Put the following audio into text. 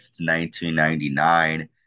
1999